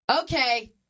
Okay